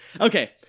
Okay